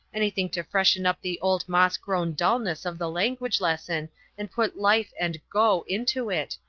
anything to freshen up the old moss-grown dullness of the language lesson and put life and go into it,